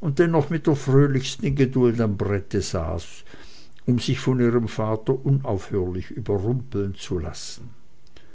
und dennoch mit der fröhlichsten geduld am brette saß um sich von ihrem vater unaufhörlich überrumpeln zu lassen